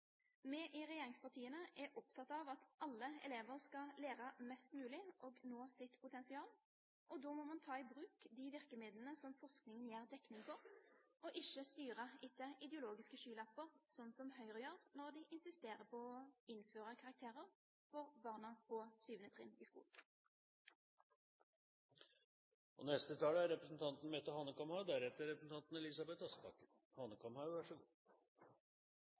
Vi i regjeringspartiene er opptatt av at alle elever skal lære mest mulig og nå sitt potensial. Da må man ta i bruk de virkemidlene som forskningen gir dekning for, og ikke styre etter ideologiske skylapper, slik Høyre gjør når de insisterer på å innføre karakterer for barna på 7. trinn i skolen. Det framlagte forslaget om å åpne for forsøk med muntlige karakterer for 7. klasse er